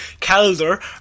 Calder